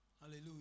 Hallelujah